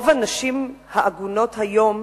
רוב הנשים העגונות היום